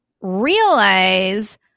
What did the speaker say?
realize